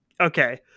Okay